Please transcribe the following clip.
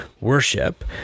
worship